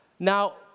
Now